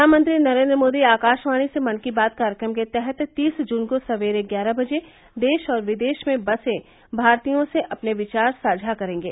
प्रधानमंत्री नरेन्द्र मोदी आकाशवाणी से मन की बात कार्यक्रम के तहत तीस जुन को सवेरे ग्यारह बजे देश और विदेश में बसे भारतीयों से अपने विचार साझा करेंगे